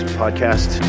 podcast